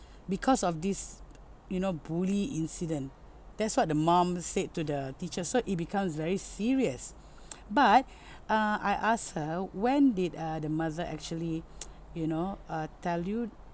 because of this you know bully incident that's what the mom said to the teacher so it becomes very serious but uh I ask her when did uh the mother actually you know uh tell you